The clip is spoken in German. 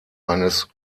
eines